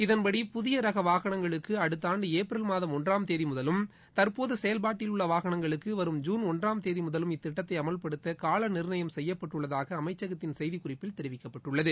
இதன்படி புதிய ரக வாகனங்களுக்கு அடுத்த ஆண்டு ஏப்ரல் மாதம் ஒன்றாம் தேதி முதலும் தற்போது செயல்பாட்டில் உள்ள வாகனங்களுக்கு வரும் ஜூன் ஒன்றாம் தேதி முதலும் இத்திட்டத்தை அமல்படுத்த கால நிர்ணயம் செய்யப்பட்டுள்ளதாக அமைச்சகத்தின் செய்திக் குறிப்பில் தெரிவிக்கப்பட்டுள்ளது